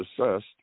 assessed